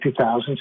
2000s